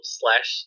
slash